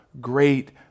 great